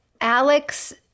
Alex